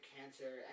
cancer